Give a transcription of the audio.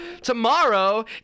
Tomorrow